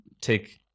take-